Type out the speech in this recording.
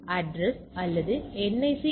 எனவே அதிகபட்ச மதிப்பு 3 2 1 இல் நிகழும்